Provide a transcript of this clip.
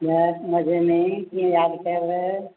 बसि मजे में कीअं यादि कयव